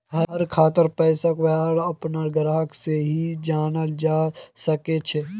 हर खातार पैसाक वहार अपनार ग्राहक से ही जाना जाल सकछे